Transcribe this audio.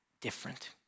different